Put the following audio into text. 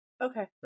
Okay